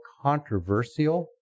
controversial